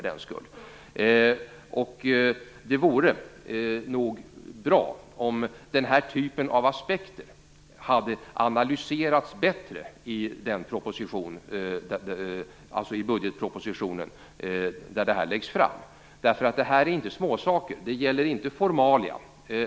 Det vore nog bra om den här typen av aspekter hade analyserats bättre i budgetpropositionen där det läggs fram. Det är inte småsaker, och det gäller inte formalia.